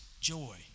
joy